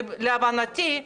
להבנתי,